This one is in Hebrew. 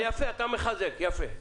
אתה מחזק, יפה.